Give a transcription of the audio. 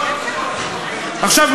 עכשיו,